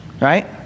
Right